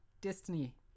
Destiny